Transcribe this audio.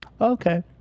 Okay